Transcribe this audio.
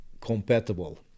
compatible